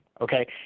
Okay